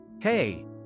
Hey